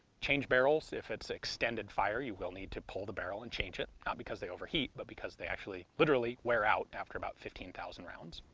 change barrels. if it's extended fire you will need to pull the barrel and change it, not because they overheat, but because they actually literally wear out after about fifteen thousand rounds.